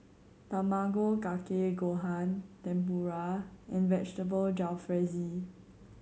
Tamago Kake Gohan Tempura and Vegetable Jalfrezi